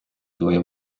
твоя